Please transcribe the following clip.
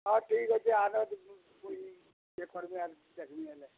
ହଁ ଠିକ୍ ଅଛେ ଆନ ଇଏ କର୍ମି ଆର୍ ଦେଖ୍ମି ବେଲେ